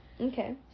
Okay